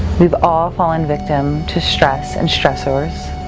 we've all fallen victim to stress and stressors.